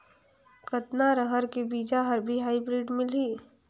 कतना रहर के बीजा हर भी हाईब्रिड मिलही?